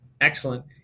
Excellent